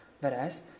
Whereas